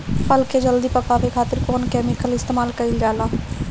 फल के जल्दी पकावे खातिर कौन केमिकल इस्तेमाल कईल जाला?